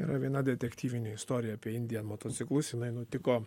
yra viena detektyvinė istorija apie indian motociklus jinai nutiko